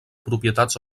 propietats